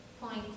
point